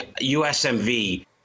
USMV